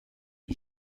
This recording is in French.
est